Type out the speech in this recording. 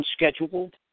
unscheduled